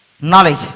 knowledge